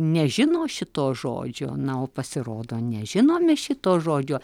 nežino šito žodžio na o pasirodo nežinome šito žodžio